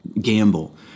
gamble